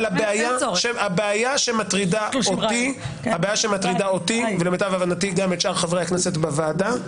אבל הבעיה שמטרידה אותי ולמיטב הבנתי גם את שאר חברי הכנסת בוועדה,